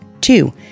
Two